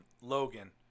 Logan